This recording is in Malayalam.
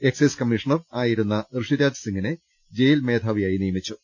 എക്സൈസ് കമ്മീഷണർ ആയി രുന്ന ഋഷിരാജ് സിങ്ങിനെ ജയിൽ മേധാവിയായി നിയമിച്ചു